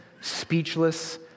speechless